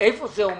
היכן זה עומד.